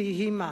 ויהי מה.